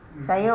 mmhmm